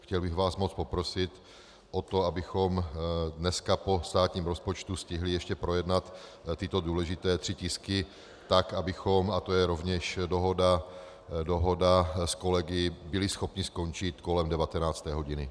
Chtěl bych vás moc poprosit o to, abychom dneska po státním rozpočtu stihli ještě projednat tyto důležité tři tisky tak, abychom, a to je rovněž dohoda s kolegy, byli schopni skončit kolem 19. hodiny.